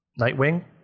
nightwing